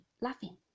laughing